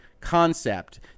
concept